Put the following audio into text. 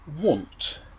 want